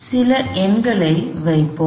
எனவே சில எண்களை வைப்போம்